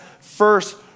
first